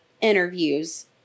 interviews